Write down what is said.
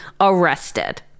arrested